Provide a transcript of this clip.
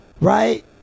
right